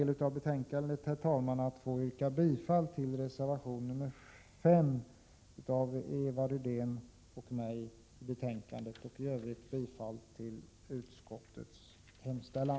Jag ber att få yrka bifall till reservation 5 av Eva Rydén och mig och i övrigt till utskottets hemställan.